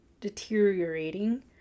deteriorating